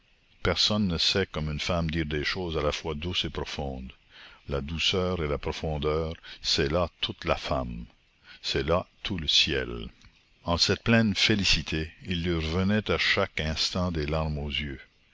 personne ne sait comme une femme dire des choses à la fois douces et profondes la douceur et la profondeur c'est là toute la femme c'est là tout le ciel en cette pleine félicité il leur venait à chaque instant des larmes aux yeux